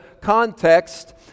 context